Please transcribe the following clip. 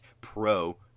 pro